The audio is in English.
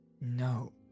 No